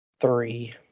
three